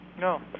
No